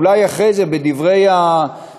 אולי אחרי זה, בדברי התשובה,